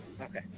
Okay